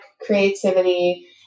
creativity